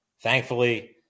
thankfully